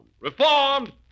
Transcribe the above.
Reformed